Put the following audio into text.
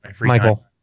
Michael